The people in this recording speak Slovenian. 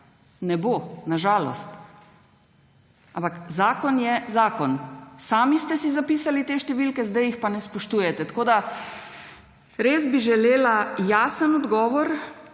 Ne bo! Na žalost. Ampak zakon je zakon. Sami ste si zapisali te številke, zdaj jih pa ne spoštujete. Res bi želela jasen odgovor,